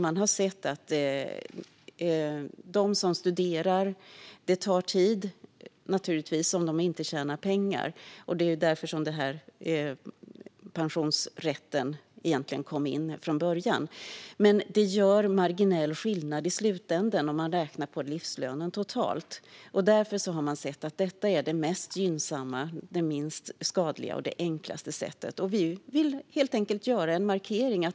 Man har sett att det naturligtvis tar tid för dem som studerar, och då tjänar de inte pengar. Det är egentligen därför som pensionsrätten kom till. Men det gör marginell skillnad i slutänden, om man räknar på livslönen. Man har sett att detta är det mest gynnsamma, det minst skadliga och det enklaste sättet. Vi vill helt enkelt göra en markering.